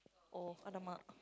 oh !alamak!